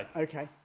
and okay?